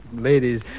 Ladies